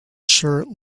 shirt